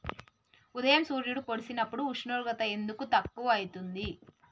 ఉదయం సూర్యుడు పొడిసినప్పుడు ఉష్ణోగ్రత ఎందుకు తక్కువ ఐతుంది?